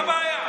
מה הבעיה?